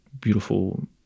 beautiful